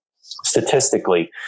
statistically